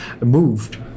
Moved